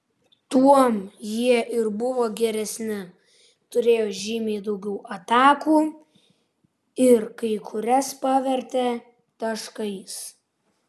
tuom jie ir buvo geresni turėjo žymiai daugiau atakų ir kai kurias pavertė taškais